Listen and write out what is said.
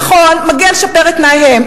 נכון, מגיע להם לשפר את תנאיהם.